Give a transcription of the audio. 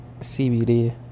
CBD